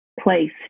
place